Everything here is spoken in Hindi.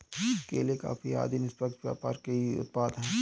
केले, कॉफी आदि निष्पक्ष व्यापार के ही उत्पाद हैं